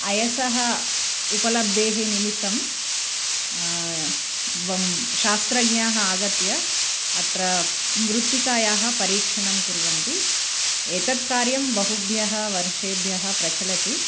अयसः उपलब्धेः निमित्तं एवं शास्त्रज्ञाः आगत्य अत्र मृत्तिकायाः परीक्षणं कुर्वन्ति एतत् कार्यं बहुभ्यः वर्षेभ्यः प्रचलति